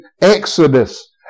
Exodus